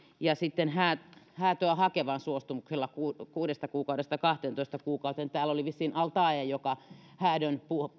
ja sitten häätöä häätöä hakevan suostumuksella kuudesta kuudesta kuukaudesta kahteentoista kuukauteen täällä oli vissiin al taee joka häädön